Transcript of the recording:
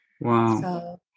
Wow